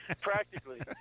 Practically